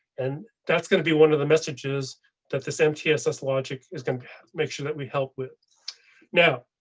and that's going to be one of the messages that this mtss logic is going to make sure that we help with now.